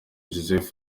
joseph